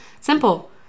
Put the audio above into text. Simple